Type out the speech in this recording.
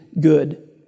good